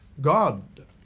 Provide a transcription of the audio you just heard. God